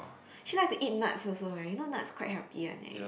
she like to eat nuts also I know nuts quite healthy one leh